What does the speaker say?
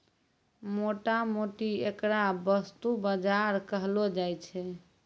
मोटा मोटी ऐकरा वस्तु बाजार कहलो जाय छै